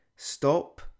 Stop